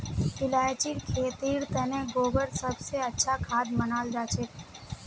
इलायचीर खेतीर तने गोबर सब स अच्छा खाद मनाल जाछेक